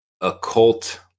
occult